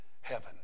Heaven